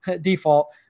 default